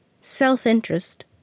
self-interest